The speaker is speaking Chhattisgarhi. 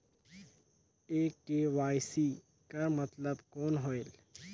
ये के.वाई.सी कर मतलब कौन होएल?